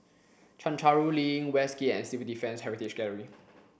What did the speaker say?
Chencharu Link Westgate and Civil Defence Heritage Gallery